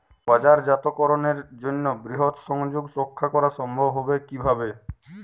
বাজারজাতকরণের জন্য বৃহৎ সংযোগ রক্ষা করা সম্ভব হবে কিভাবে?